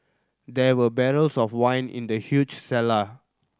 there were barrels of wine in the huge cellar